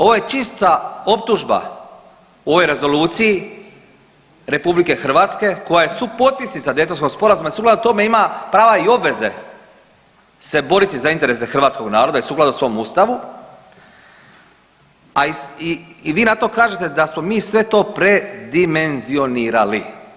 Ovo je čista optužba u ovoj rezoluciji RH koja je supotpisnica Daytonskog sporazuma i sukladno tome ima prava i obveze se boriti za interese hrvatskog naroda i sukladno svom ustavu, a i vi na to kažete da smo mi sve to predimenzionirali.